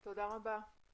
תודה רבה.